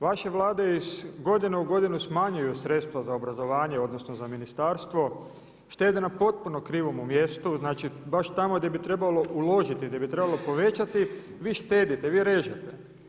Vaše Vlade iz godine u godinu smanjuju sredstva za obrazovanje, odnosno za ministarstvo, štede na potpuno krivom mjestu znači baš tamo gdje bi trebalo uložiti, gdje bi trebalo povećati vi štedite, vi režete.